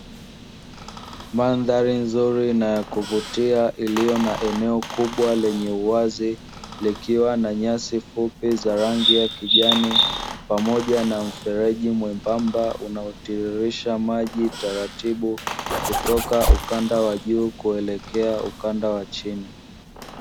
Mandhari nzuri na ya kuvutia iliyo na eneo kubwa lenye uwazi, likiwa na nyasi fupi za rangi ya kijani pamoja na mfereji mwembamba unaotiririsha maji taratibu kutoka ukanda wa juu kuelekea ukanda wa chini.